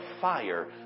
fire